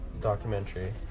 documentary